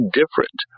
different